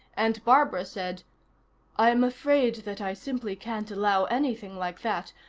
and barbara said i'm afraid that i simply can't allow anything like that.